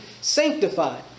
sanctified